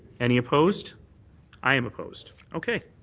any opposed i am opposed. okay.